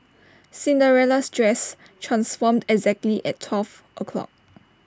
Cinderella's dress transformed exactly at twelve o'clock